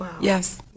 yes